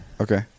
Okay